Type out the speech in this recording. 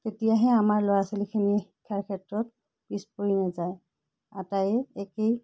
তেতিয়াহে আমাৰ ল'ৰা ছোৱালীখিনি শিক্ষাৰ ক্ষেত্ৰত পিছ পৰি নাযায় আটাই একেই